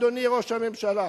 אדוני ראש הממשלה.